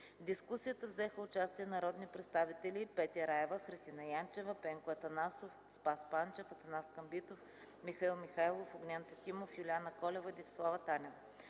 дискусията взеха участие народните представители Петя Раева, Христина Янчева, Пенко Атанасов, Спас Панчев, Атанас Камбитов, Михаил Михайлов, Огнян Тетимов, Юлиана Колева и Десислава Танева.